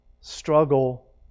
struggle